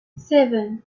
seven